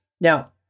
now